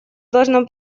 должно